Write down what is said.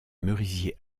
merisiers